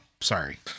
Sorry